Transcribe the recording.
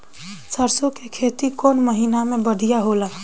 सरसों के खेती कौन महीना में बढ़िया होला?